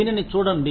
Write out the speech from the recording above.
దీనిని చూడండి